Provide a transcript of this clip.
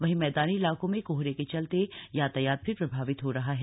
वहीं मैदानी इलाकों में कोहरे के चलते यातायात भी प्रभावित हो रहा है